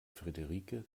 frederike